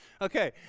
Okay